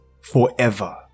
forever